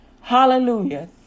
hallelujah